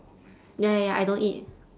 ya ya ya I don't eat